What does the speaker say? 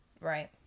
Right